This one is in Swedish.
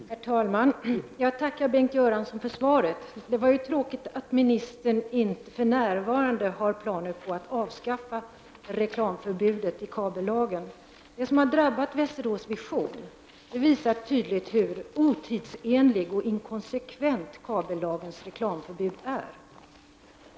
Herr talman! Jag tackar Bengt Göransson för svaret. Det var tråkigt att ministern inte för närvarande har planer på att avskaffa reklamförbudet i kabellagen. Det som har drabbat Västerås Vision visar tydligt hur otidsenlig och inkonsekvent kabellagens reklamförbud är.